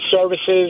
services